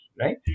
right